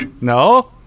No